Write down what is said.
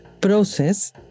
process